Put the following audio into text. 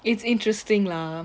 it's interesting lah